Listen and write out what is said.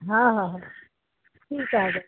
हां हां हां ठीक आहे बाई